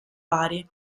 pari